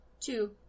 Two